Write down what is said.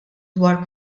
dwar